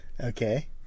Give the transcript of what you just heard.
okay